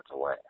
away